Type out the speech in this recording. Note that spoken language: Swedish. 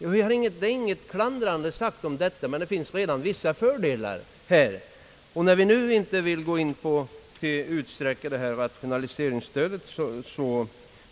Han har full rätt att göra avdrag, och ingen kan klandra honom, och det finns alltså redan vissa fördelar. När vi nu inte vill gå med på att utsträcka rationaliseringsstödet,